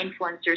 influencers